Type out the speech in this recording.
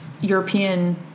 European